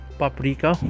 paprika